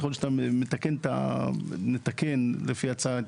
ככל שאתה מתקן לפי ההצעה,